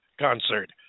concert